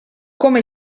come